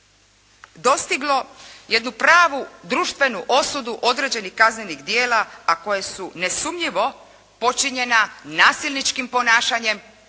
dostiglo jednu pravu društvenu osudu određenih kaznenih djela, a koja su nesumnjivo počinjena nasilničkim ponašanjem